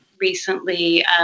recently